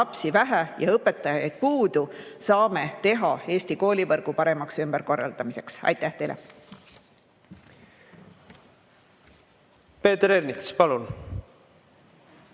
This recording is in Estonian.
lapsi vähe ja õpetajaid puudu, saame teha Eesti koolivõrgu paremaks ümberkorraldamiseks. Aitäh teile!